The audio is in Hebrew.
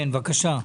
כן, בבקשה.